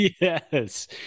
Yes